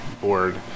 board